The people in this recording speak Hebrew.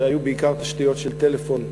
שהיו בעיקר תשתיות של טלפון,